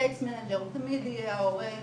קייס מנג'ר הוא תמיד יהיה ההורה,